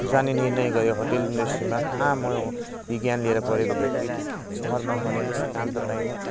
जाने निर्णय गरेँ होटेल इन्डस्ट्रीमा कहाँ म विज्ञान पढेको व्यक्ति शहरमा भनेको जस्तो काम त पाइनँ